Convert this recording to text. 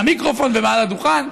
מהמיקרופון ומעל הדוכן.